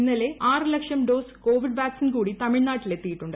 ഇന്നലെ ആറ് lakh dose covid vaccine കൂടി തമിഴ്നാട്ടിലെത്തിയിട്ടുണ്ട്